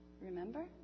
Remember